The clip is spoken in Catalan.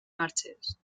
marges